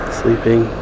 sleeping